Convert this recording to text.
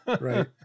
Right